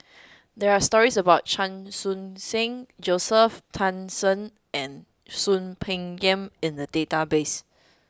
there are stories about Chan Khun Sing Joseph Tan Shen and Soon Peng Yam in the database